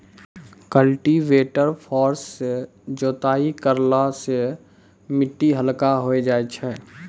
cultivator फार सँ जोताई करला सें मिट्टी हल्का होय जाय छै